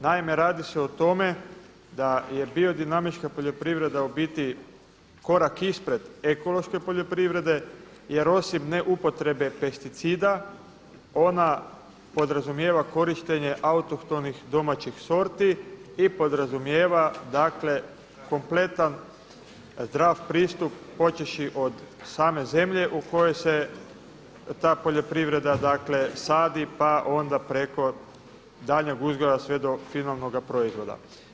Naime, radi se o tome da je biodinamička poljoprivreda u biti korak ispred ekološke poljoprivrede jer osim neupotrebe pesticida ona podrazumijeva korištenje autohtonih domaćih sorti i podrazumijeva dakle kompletan zdrav pristup počevši od same zemlje u kojoj se ta poljoprivreda dakle sadi pa onda preko daljnjeg uzgoja sve do finalnoga proizvoda.